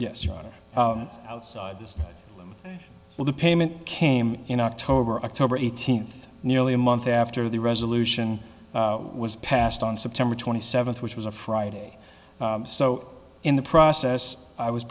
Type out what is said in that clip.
it's outside as well the payment came in october october eighteenth nearly a month after the resolution was passed on september twenty seventh which was a friday so in the process i was